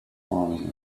morning